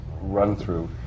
run-through